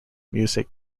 music